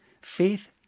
faith